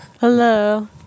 Hello